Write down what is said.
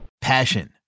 Passion